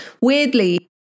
Weirdly